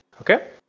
Okay